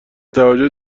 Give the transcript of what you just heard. توجه